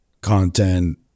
content